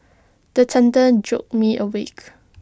the thunder jolt me awake